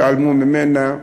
התעלמו ממנה,